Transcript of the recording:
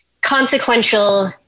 consequential